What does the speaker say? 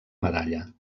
medalla